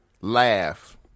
laugh